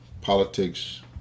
politics